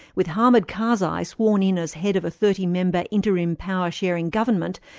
with hamid karzai sworn in as head of a thirty member interim power-sharing government,